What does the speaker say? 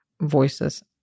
voices